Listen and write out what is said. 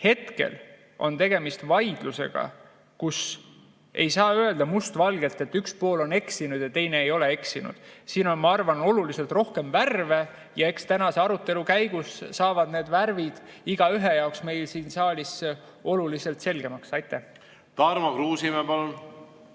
hetkel on tegemist vaidlusega, kus ei saa öelda mustvalgelt, et üks pool on eksinud ja teine ei ole eksinud. Siin on, ma arvan, oluliselt rohkem värve. Ja eks tänase arutelu käigus saavad need värvid igaühe jaoks meil siin saalis oluliselt selgemaks. Aitäh! Minu staaž